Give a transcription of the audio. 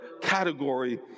category